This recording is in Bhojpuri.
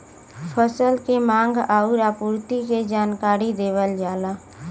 फसल के मांग आउर आपूर्ति के जानकारी देवल जाला